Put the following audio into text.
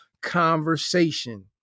conversation